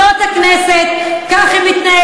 זאת הכנסת, כך היא מתנהלת.